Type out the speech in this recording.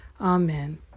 Amen